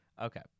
Okay